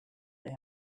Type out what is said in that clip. they